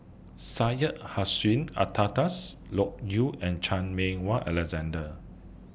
Syed Hussein Alatas Loke Yew and Chan Meng Wah Alexander